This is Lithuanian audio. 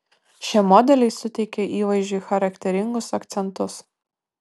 šie modeliai suteikia įvaizdžiui charakteringus akcentus